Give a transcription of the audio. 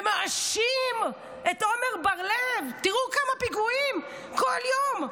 ומאשים את עמר בר-לב, תראו כמה פיגועים כל יום.